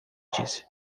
disse